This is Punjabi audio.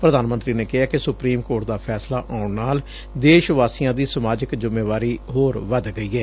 ਪ੍ਰਧਾਨ ਮੰਤਰੀ ਨੇ ਕਿਹੈ ਕਿ ਸੁਪਰੀਮ ਕੋਰਟ ਦਾ ਫੈਸਲਾ ਆਉਣ ਨਾਲ ਦੇਸ਼ ਵਾਸੀਆਂ ਦੀ ਸਮਾਜਿਕ ਜਿੰਮੇਵਾਰੀ ਹੋਰ ਵੀ ਵੱਧ ਗਈ ਏ